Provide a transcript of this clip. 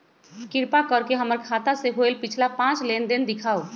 कृपा कर के हमर खाता से होयल पिछला पांच लेनदेन दिखाउ